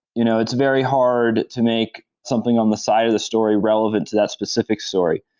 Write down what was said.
you know it's very hard to make something on the side of the story relevant to that specific story.